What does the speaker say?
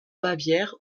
bavière